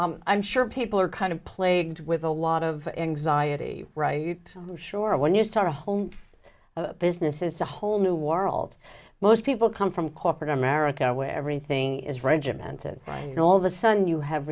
i'm sure people are kind of plagued with a lot of anxiety right i'm sure when you start a home business is a whole new world most people come from corporate america where everything is regimented and all the sudden you have